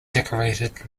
decorated